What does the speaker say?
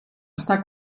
està